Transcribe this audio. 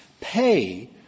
pay